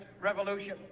revolution